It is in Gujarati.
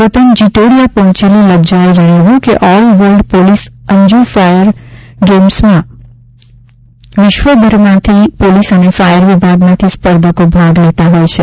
વતન જિટોડિયા પહોંચેલી લજ્જાએ જણાવ્યું કે all world police and fire ગેમ્સમાં વિશ્વભરના પોલીસ અને ફાયર વિભાગમાંથી સ્પર્ધકો ભાગ લેતા હોય છે